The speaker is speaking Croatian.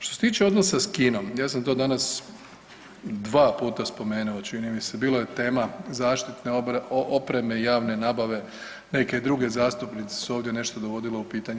Što se tiče odnosa sa Kinom, ja sam to danas dva puta spomenuo čini mi se, bilo je tema zaštitne opreme i javne nabave neke drugi zastupnici su ovdje nešto dovodili u pitanje.